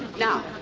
now,